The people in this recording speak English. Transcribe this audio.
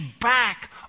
back